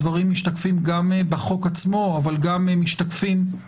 הדברים משתקפים גם בחוק עצמו אבל גם במצגת,